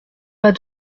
pas